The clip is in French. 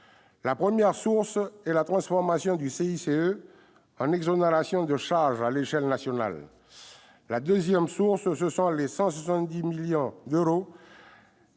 La première de ces sources est la transformation du CICE en exonérations de charges à l'échelle nationale. Les deux autres, ce sont les 170 millions d'euros